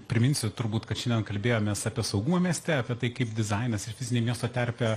priminsiu turbūt kad šiandien kalbėjomės apie saugumą mieste apie tai kaip dizainas ir fizinė miesto terpė